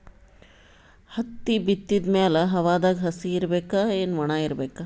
ಹತ್ತಿ ಬಿತ್ತದ ಮ್ಯಾಲ ಹವಾದಾಗ ಹಸಿ ಇರಬೇಕಾ, ಏನ್ ಒಣಇರಬೇಕ?